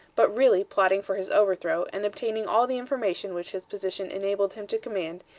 but really plotting for his overthrow, and obtaining all the information which his position enabled him to command,